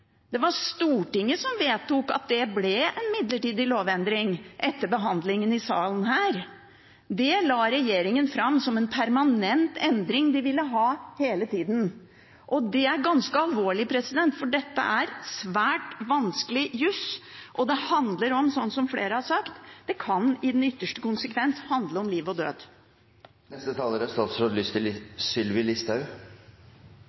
av, var ikke en midlertidig lovendring. Det var Stortinget som vedtok at det skulle være en midlertidig lovendring, etter behandlingen her i salen. Det la regjeringen fram som en permanent endring, som de ville ha hele tiden. Det er ganske alvorlig, for dette er svært vanskelig jus, og, som flere har sagt, i ytterste konsekvens kan det handle om liv og